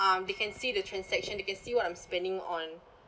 um they can see the transaction they can see what I'm spending on